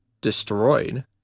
destroyed